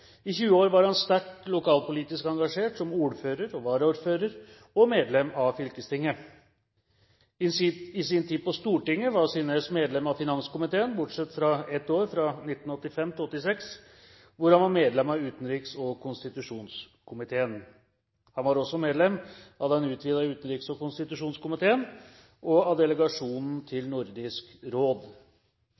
I 20 år var har han sterkt lokalpolitisk engasjert, som ordfører, varaordfører og medlem av fylkestinget. I sin tid på Stortinget var Synnes medlem av finanskomiteen, bortsett fra ett år, fra 1985 til 1986, da han var medlem av utenriks- og konstitusjonskomiteen. Han var også medlem av den utvidede utenriks- og konstitusjonskomiteen og av delegasjonen til Nordisk råd.